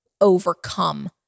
overcome